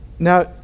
Now